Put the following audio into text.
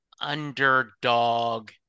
underdog